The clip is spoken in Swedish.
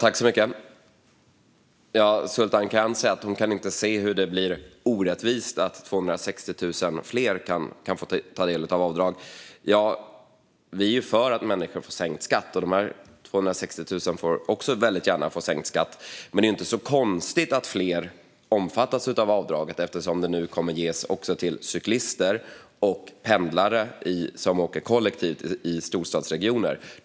Fru talman! Sultan Kayhan säger att hon inte kan se hur det blir orättvist att 260 000 fler kan få ta del av avdrag. Vi är ju för att människor får sänkt skatt, och de här 260 000 personerna kan för vår del också väldigt gärna få sänkt skatt. Men det är inte så konstigt att fler omfattas av avdraget, eftersom det nu kommer att ges även till cyklister och pendlare som åker kollektivt i storstadsregioner.